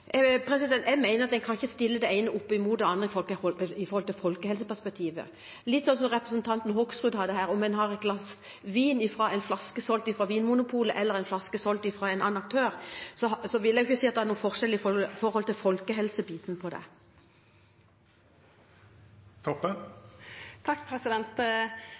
Jeg mener at en kan ikke stille det ene opp mot det andre med hensyn til folkehelseperspektivet. Som representanten Hoksrud var inne på her: Om en har et glass vin fra en flaske solgt fra Vinmonopolet eller en flaske solgt fra en annen aktør, vil jeg ikke si at det er noen forskjell med hensyn til folkehelsebiten på det. Takk